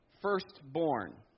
firstborn